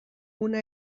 una